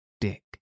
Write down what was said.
Dick